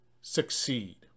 succeed